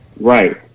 Right